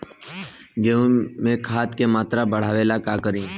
गेहूं में खाद के मात्रा बढ़ावेला का करी?